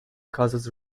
causes